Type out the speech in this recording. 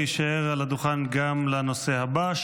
להישאר על הדוכן גם לנושא הבא,